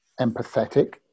empathetic